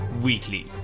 weekly